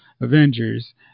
Avengers